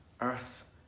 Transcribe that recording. Earth